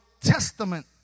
testament